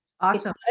Awesome